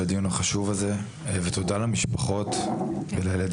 על הדיון החשוב הזה ותודה למשפחות ולילדים